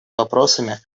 вопросами